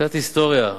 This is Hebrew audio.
קצת היסטוריה.